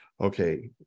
okay